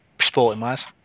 sporting-wise